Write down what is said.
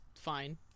fine